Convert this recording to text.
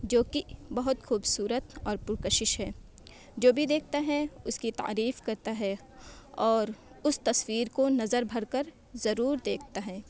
جوکہ بہت خوبصورت اور پرکشش ہے جو بھی دیکھتا ہے اس کی تعریف کرتا ہے اور اس تصویر کو نظر بھر کر ضرور دیکھتا ہے